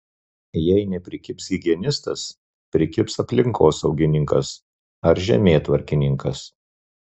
jei neprikibs higienistas prikibs aplinkosaugininkas ar žemėtvarkininkas